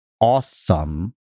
awesome